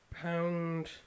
pound